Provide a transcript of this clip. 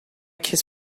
kiss